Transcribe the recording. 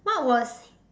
what was